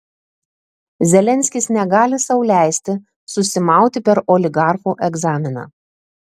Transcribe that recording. zelenskis negali sau leisti susimauti per oligarchų egzaminą